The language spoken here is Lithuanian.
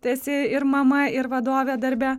tu esi ir mama ir vadovė darbe